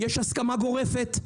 ויש הסכמה גורפת.